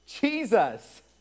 Jesus